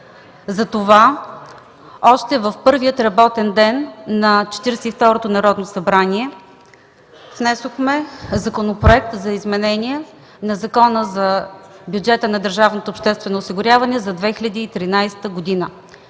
затова още в първия работен ден на Четиридесет и второто Народно събрание внесохме Законопроекта за изменение на Закона за бюджета на държавното обществено осигуряване за 2013 г.,